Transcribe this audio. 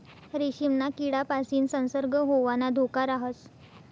रेशीमना किडापासीन संसर्ग होवाना धोका राहस